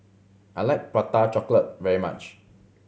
I like Prata Chocolate very much